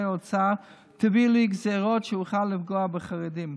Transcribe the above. האוצר: תביאו לי גזרות שאוכל לפגוע בחרדים.